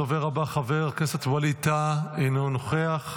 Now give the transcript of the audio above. הדובר הבא, חבר הכנסת ווליד טאהא, אינו נוכח,